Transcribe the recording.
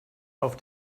auf